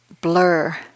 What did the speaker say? blur